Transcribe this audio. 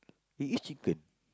it is chicken